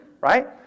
right